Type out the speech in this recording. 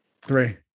Three